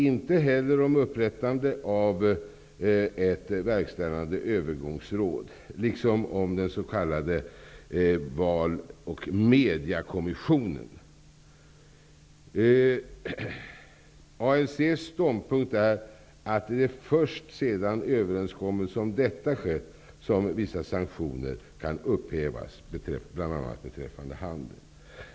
Inte heller om upprättande av ett verkställande övergångsråd, liksom inte heller om den s.k. valoch mediakommissionen. ANC:s ståndpunkt är att det är först sedan överenskommelse om detta skett som vissa sanktioner kan upphävas, bl.a. den beträffande handeln.